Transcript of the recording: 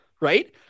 right